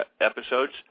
episodes